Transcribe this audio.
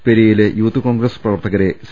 പെരിയയിലെ youth Congress പ്രവർത്തകരെ C